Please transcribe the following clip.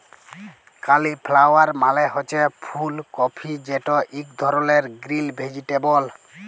cauliflower মালে হছে ফুল কফি যেট ইক ধরলের গ্রিল ভেজিটেবল